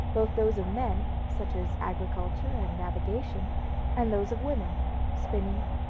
both those of men such as agriculture and navigation and those of women spinning,